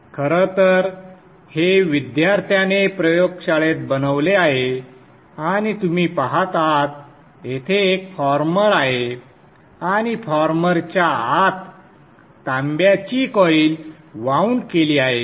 खरं तर हे विद्यार्थ्याने प्रयोगशाळेत बनवले आहे आणि तुम्ही पहात आहात येथे एक फॉर्मर आहे आणि फॉर्मरच्या आत तांब्याची कॉइल वाऊंड केली आहे